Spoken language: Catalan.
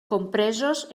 compresos